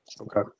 Okay